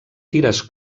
tires